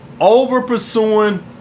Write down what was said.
Over-pursuing